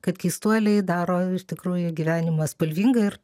kad keistuoliai daro iš tikrųjų gyvenimą spalvingą ir